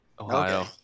ohio